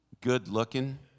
good-looking